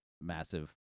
massive